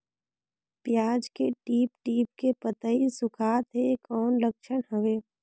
पियाज के टीप टीप के पतई सुखात हे कौन लक्षण हवे?